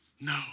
no